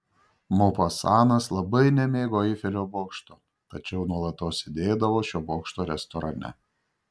mopasanas labai nemėgo eifelio bokšto tačiau nuolatos sėdėdavo šio bokšto restorane